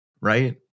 right